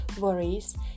worries